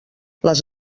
les